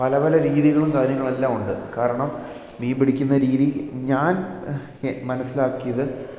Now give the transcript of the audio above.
പല പല രീതികളും കാര്യങ്ങൾ എല്ലാം ഉണ്ട് കാരണം മീൻ പിടിക്കുന്ന രീതി ഞാൻ എ മനസ്സിലാക്കിയത്